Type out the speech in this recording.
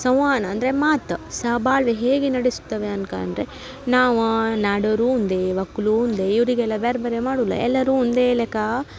ಸಂವಹನ ಅಂದರೆ ಮಾತು ಸಹಬಾಳ್ವೆ ಹೇಗೆ ನಡೆಸುತ್ತವೆ ಅನ್ಕೊಂಡ್ರೆ ನಾವು ನಾಡೋರು ಒಂದೇ ಒಕ್ಲು ಒಂದೇ ಇವರಿಗೆಲ್ಲ ಬೇರ್ ಬೇರೆ ಮಾಡುಲ್ಲ ಎಲ್ಲರೂ ಒಂದೇ ಲೆಕ್ಕ